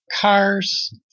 cars